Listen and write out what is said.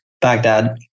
Baghdad